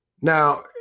Now